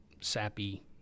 sappy